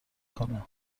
کنه